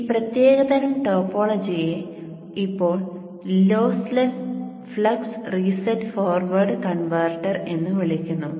ഈ പ്രത്യേക തരം ടോപ്പോളജിയെ ഇപ്പോൾ lossless flux reset forward converter എന്ന് വിളിക്കുന്നു